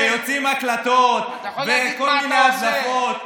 ויוצאות הקלטות וכל מיני הדלפות.